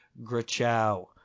Grachow